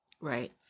Right